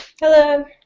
Hello